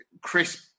crisp